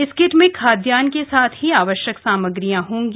इस किट में खाद्यान के साथ ही आवश्यक सामग्रियां होगी